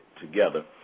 together